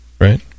right